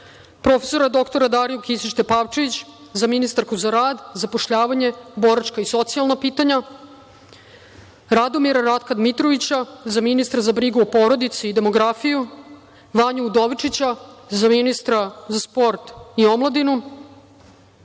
prof. dr Dariju Kisić Tepavčević za ministarku za rad, zapošljavanje, boračka i socijalna pitanja, Radomira Ratka Dmitrovića za ministra za brigu o porodici i demografiji, Vanju Udovičića za ministra za sport i omladinu,